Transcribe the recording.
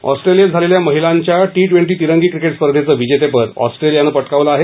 ऑस्ट्रेलियात झालेल्या महिलांच्या टी ट्वेंटी तिरंगी क्रिकेट स्पर्धेचं विजेतेपद ऑस्ट्रलियानं पटकावलं आहे